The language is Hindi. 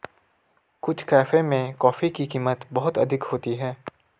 कुछ कैफे में कॉफी की कीमत बहुत अधिक होती है